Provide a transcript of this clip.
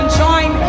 join